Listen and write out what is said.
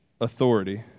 Authority